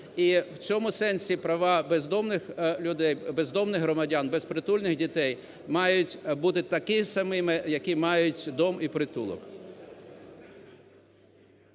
і в цьому сенсі права бездомних людей, бездомних громадян, безпритульних дітей мають бути такими самими, які мають дім і притулок.